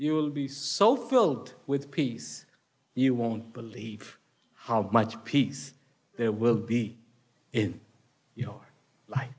you will be so filled with peace you won't believe how much peace there will be in your life